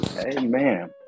Amen